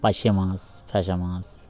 পার্সে মাছ ঢ্যাঁশা মাছ